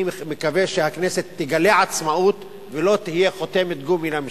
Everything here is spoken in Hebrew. אני מקווה שהכנסת תגלה עצמאות ולא תהיה חותמת גומי לממשלה.